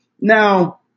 Now